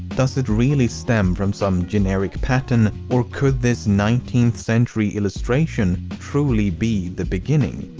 does it really stem from some generic pattern, or could this nineteenth century illustration truly be the beginning?